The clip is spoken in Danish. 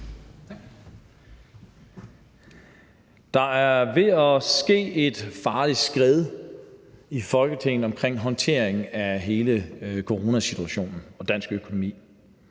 Der er ved at ske et farligt skred i Folketinget omkring håndteringen af hele coronasituationen og dansk økonomi.